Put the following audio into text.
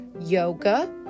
yoga